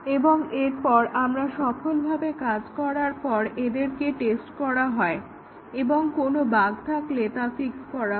এবং তারপর এরা সফলভাবে কাজ করার পর এদেরকে টেস্ট করা হয় এবং কোন বাগ থাকলে তা ফিক্স করা হয়